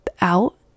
out